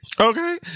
Okay